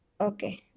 okay